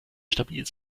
stabil